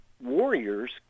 warriors